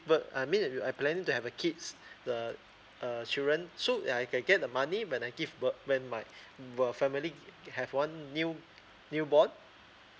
birth I mean I when uh I planning to have a kids the uh err children so I can get the money when I give birth when my err family have one new newborn